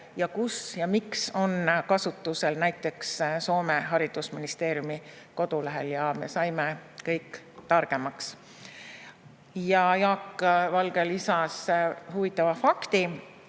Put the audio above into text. keeled ja miks on kasutusel näiteks Soome haridusministeeriumi kodulehel. Me saime kõik targemaks. Ja Jaak Valge lisas huvitava fakti,